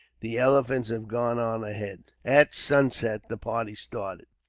the elephants have gone on ahead. at sunset the party started.